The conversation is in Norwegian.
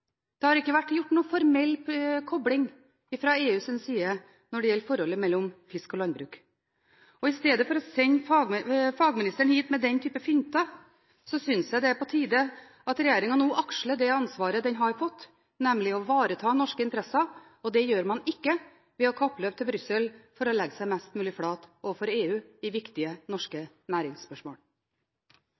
det har ikke vært gjort noen formell kobling fra EUs side når det gjelder forholdet mellom fisk og landbruk. Istedenfor å sende fagministeren hit med den typen finter syns jeg det er på tide at regjeringen nå aksler det ansvaret den har fått, nemlig å vareta norske interesser. Det gjør man ikke ved å kappløpe til Brussel for å legge seg mest mulig flat for EU i viktige norske næringsspørsmål.